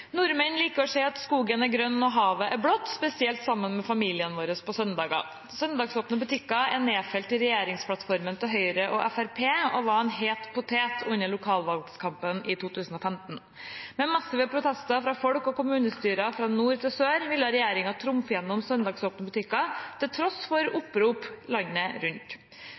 «Nordmenn liker å se at skogen er grønn og havet blått, spesielt sammen med familien vår på søndager. Søndagsåpne butikker er nedfelt i regjeringsplattformen til Høyre og Fremskrittspartiet, og var en het potet under lokalvalgkampen i 2015. Med massive protester fra folk og kommunestyrer fra nord til sør ville regjeringen trumfe gjennom søndagsåpne butikker til tross for opprop landet rundt.